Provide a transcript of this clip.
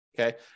Okay